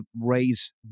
raise